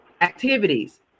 activities